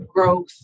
Growth